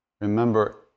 Remember